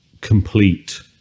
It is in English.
complete